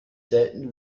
selten